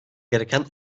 gereken